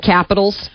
Capitals